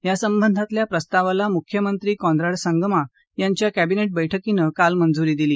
यासंबंधातल्या प्र प्रस्तावाला मुख्यमंत्री कॉनराड संगमा यांच्या कॅंबिनेट बैठकीने काल मंजूरी दिली